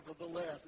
nevertheless